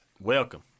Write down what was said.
Welcome